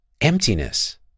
emptiness